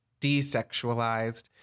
desexualized